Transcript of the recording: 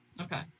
okay